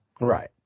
Right